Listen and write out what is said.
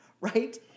Right